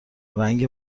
رنگ